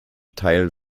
teil